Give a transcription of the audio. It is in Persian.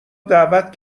دعوت